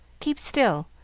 keep still,